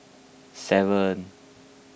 seven